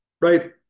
Right